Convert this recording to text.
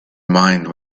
mind